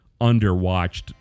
underwatched